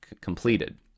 completed